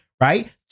right